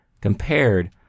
compared